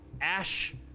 ash